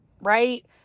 right